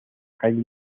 calle